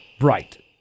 Right